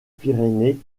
pyrénées